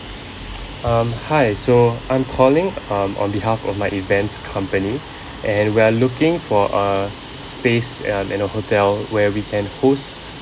um hi so I'm calling um on behalf of my events company and we are looking for a space uh in a hotel where we can host